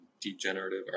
Degenerative